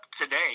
today